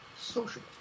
social